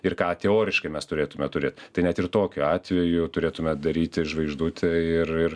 ir ką teoriškai mes turėtume turėt tai net ir tokiu atveju turėtume daryti žvaigždutę ir ir